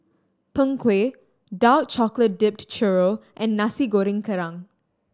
Png Kueh dark chocolate dipped churro and Nasi Goreng Kerang